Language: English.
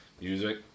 music